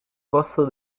costo